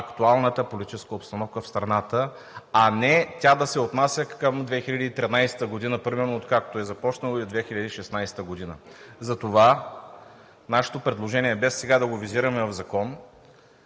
актуалната политическа обстановка в страната, а тя да не се отнася към 2013 г., примерно, откакто е започнала, или 2016 г. Затова нашето предложение – без да го визираме в Закон,